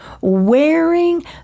wearing